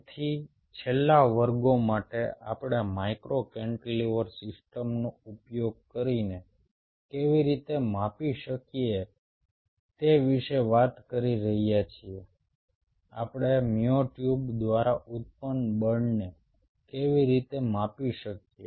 તેથી છેલ્લા વર્ગો માટે આપણે માઇક્રો કેન્ટિલીવર સિસ્ટમનો ઉપયોગ કરીને કેવી રીતે માપી શકીએ તે વિશે વાત કરી રહ્યા છીએ આપણે મ્યોટ્યુબ દ્વારા ઉત્પન્ન બળને કેવી રીતે માપી શકીએ